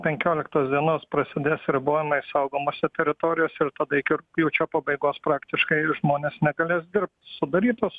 penkioliktos dienos prasidės ribojimai saugomose teritorijose ir tada iki rugpjūčio pabaigos praktiškai žmonės negalės dirbt sudarytos